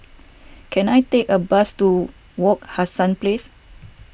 can I take a bus to Wak Hassan Place